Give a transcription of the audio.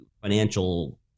financial